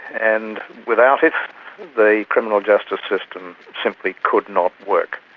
and without it the criminal justice system simply could not work.